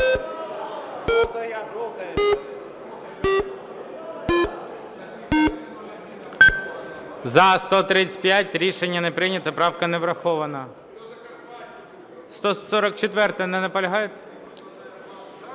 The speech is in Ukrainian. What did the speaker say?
За-135 Рішення не прийнято. Правка не врахована. 144-а. Не наполягаєте?